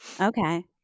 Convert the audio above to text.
Okay